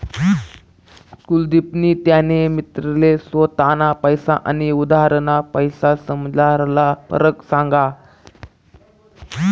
कुलदिपनी त्याना मित्रले स्वताना पैसा आनी उधारना पैसासमझारला फरक सांगा